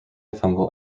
fungal